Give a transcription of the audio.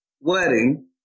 wedding